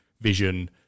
Vision